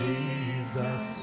Jesus